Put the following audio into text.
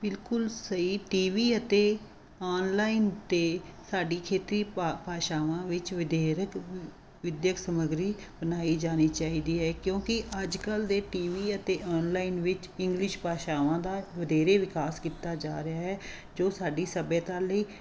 ਬਿਲਕੁਲ ਸਹੀ TV ਅਤੇ ਆਨਲਾਈਨ 'ਤੇ ਸਾਡੀ ਖੇਤਰੀ ਭਾ ਭਾਸ਼ਾਵਾਂ ਵਿੱਚ ਵਧੇਰੇ ਵਿੱਦਿਅਕ ਸਮੱਗਰੀ ਬਣਾਈ ਜਾਣੀ ਚਾਹੀਦੀ ਹੈ ਕਿਉਂਕਿ ਅੱਜ ਕੱਲ੍ਹ ਦੇ ਟੀ ਵੀ ਅਤੇ ਆਨਲਾਈਨ ਵਿੱਚ ਇੰਗਲਿਸ਼ ਭਾਸ਼ਾਵਾਂ ਦਾ ਵਧੇਰੇ ਵਿਕਾਸ ਕੀਤਾ ਜਾ ਰਿਹਾ ਹੈ ਜੋ ਸਾਡੀ ਸੱਭਿਅਤਾ ਲਈ